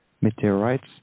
meteorites